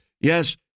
Yes